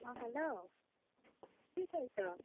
অঁ হেল্ল' কি কৰিছ